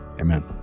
Amen